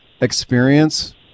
experience